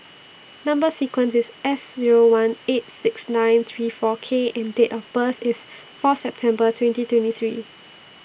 Number sequence IS S Zero one eight six nine three four K and Date of birth IS Fourth September twenty twenty three